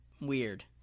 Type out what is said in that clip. weird